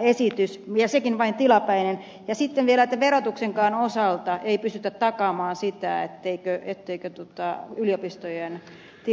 esitys ja sekin vain tilapäinen ja sitten vielä että verotuksenkaan osalta ei pystytä takaamaan sitä etteikö yliopistojen tilanne heikentyisi